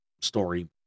story